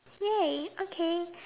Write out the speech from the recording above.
ya okay